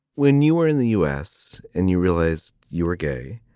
when you were in the u s. and you realized you were gay.